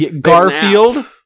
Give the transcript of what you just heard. Garfield